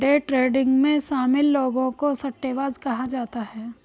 day trading में शामिल लोगों को सट्टेबाज कहा जाता है